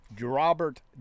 Robert